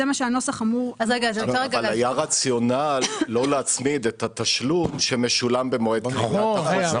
אבל היה רציונל לא להצמיד את התשלום שמשולם במועד כריתת החוזה.